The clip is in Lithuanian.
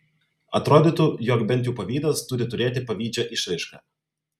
atrodytų jog bent jau pavydas turi turėti pavydžią išraišką